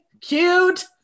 cute